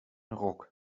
ruck